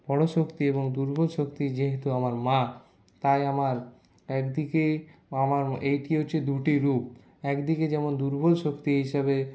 বড়ো শক্তি এবং দুর্বল শক্তি যেহেতু আমার মা তাই আমার একদিকে আমার এইটি হচ্ছে দুটি রূপ একদিকে যেমন দুর্বল শক্তি হিসাবে